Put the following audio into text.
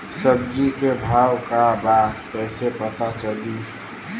सब्जी के भाव का बा कैसे पता चली?